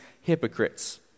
hypocrites